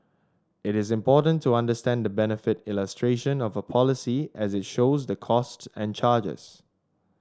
it is important to understand the benefit illustration of a policy as it shows the costs and charges